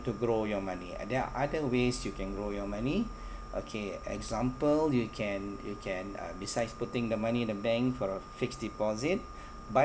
to grow your money and there are other ways you can grow your money okay example you can you can uh besides putting the money in the bank for a fixed deposit by